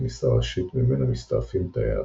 כניסה ראשית ממנה מסתעפים תאי ההטלה.